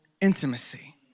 intimacy